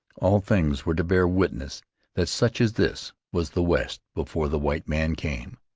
all things were to bear witness that such as this was the west before the white man came.